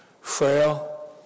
frail